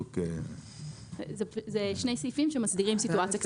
אלה שני סעיפים שמסדירים סיטואציה.